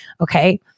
Okay